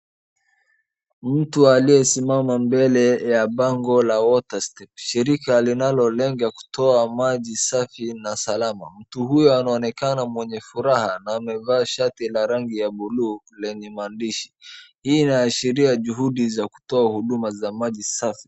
Mtu aliyesimama mbele ya bango la water step shirika linalolenga kutoa maji safi na salama, mtu huyo anaonekana mwenye furaha na amevaa shati la rangi ya bluu lenye maandishi, hii inaashiria juhudi za kutoa huduma za maji safi.